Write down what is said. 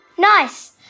Nice